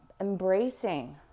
embracing